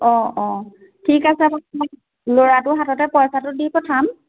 অঁ অঁ ঠিক আছে ল'ৰাটো হাততে পইচাটো দি পঠাম